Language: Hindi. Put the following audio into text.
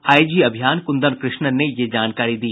आईजी अभियान कुंदन कृष्णन ने यह जानकारी दी